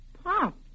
Pop